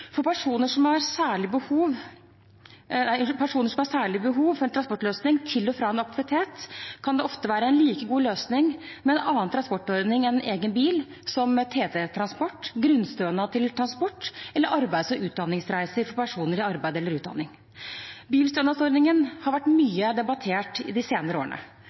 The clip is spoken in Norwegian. For personer som har et særlig behov for en transportløsning til og fra en aktivitet, kan det ofte være en like god løsning med en annen transportordning enn egen bil, som TT-transport, grunnstønad til transport eller arbeids- og utdanningsreiser for personer i arbeid eller under utdanning. Bilstønadsordningen har vært mye debattert de senere årene.